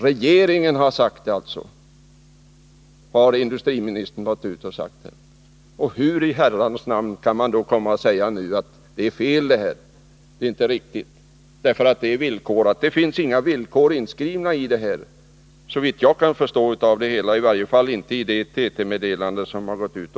Regeringen har alltså sagt så, enligt industriministern. Hur i Herrans namn kan man då komma och säga att det är fel, därför att det är villkorat? Det finns inga villkor inskrivna här såvitt jag kan förstå — i varje fall inte i det TT-meddelande som har gått ut.